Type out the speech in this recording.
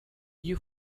you